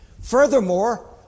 Furthermore